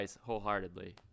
wholeheartedly